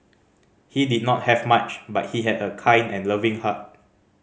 he did not have much but he had a kind and loving heart